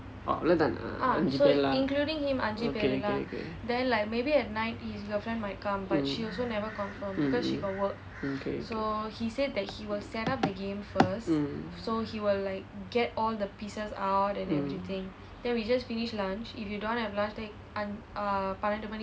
அவ்வளவு தானா:avvavlavu thaanaa mm mmhmm okay okay mm mm